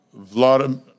Vladimir